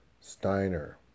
Steiner